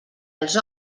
els